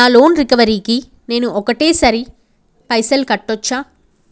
నా loan recovery కి నేను ఒకటేసరి పైసల్ కట్టొచ్చా?